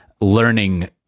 learning